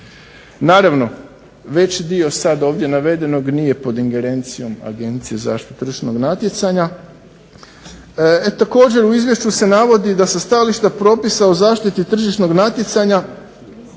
Naravno, veći dio sada ovdje navedenog nije pod ingerencijom Agencije za zaštitu tržišnog natjecanja. Također u izvješću se navodi da sa stajališta propisa u zaštiti tržišnog natjecanja